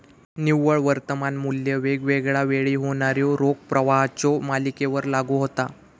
निव्वळ वर्तमान मू्ल्य वेगवेगळा वेळी होणाऱ्यो रोख प्रवाहाच्यो मालिकेवर लागू होता